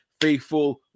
Faithful